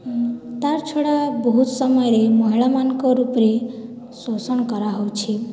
ତାର୍ଛଡା ବହୁତ୍ ସମୟରେ ମହିଳାମାନଙ୍କର୍ ଉପ୍ରେ ବି ଶୋଷଣ୍ କରାହଉଛେ